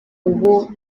ubu